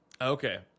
Okay